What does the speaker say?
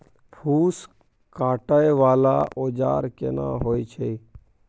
फूस काटय वाला औजार केना होय छै?